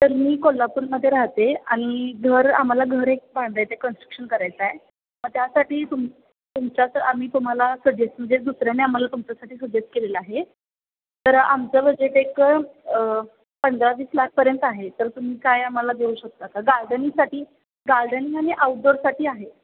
तर मी कोल्हापूरमध्ये राहते आणि घर आम्हाला घर एक बांधायचं आहे कन्स्ट्रक्शन करायचं आहे मग त्यासाठी तुम तुमच्याक आम्ही तुम्हाला सजेस्ट म्हणजे दुसऱ्याने आम्हाला तुमच्यासाठी सजेस्ट केलेलं आहे तर आमचं बजेट एक पंधरा वीस लाखपर्यंत आहे तर तुम्ही काय आम्हाला देऊ शकता का गार्डनिंगसाठी गार्डनिंग आणि आउटडोअरसाठी आहे